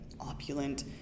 opulent